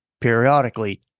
periodically